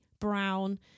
Brown